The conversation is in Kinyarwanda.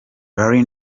larry